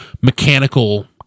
mechanical